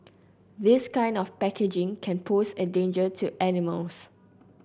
this kind of packaging can pose a danger to animals